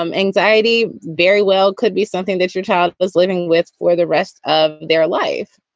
um anxiety very well could be something that your child was living with for the rest of their life.